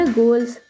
goals